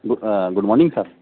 good good morning sir